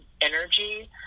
energy